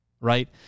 Right